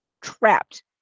trapped